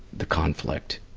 the conflict.